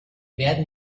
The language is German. werden